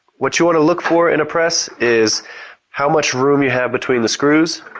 what you want to look for in a press is how much room you have between the screws